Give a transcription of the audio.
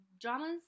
dramas